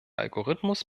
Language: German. algorithmus